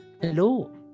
hello